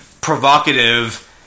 provocative